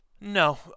No